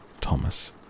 Thomas